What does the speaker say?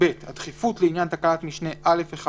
"(ב) הדחיפות לעניין תקנת משנה (א)(1),